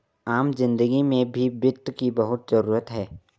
आम जिन्दगी में भी वित्त की बहुत जरूरत है